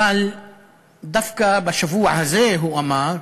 אבל דווקא בשבוע הזה, הוא אמר,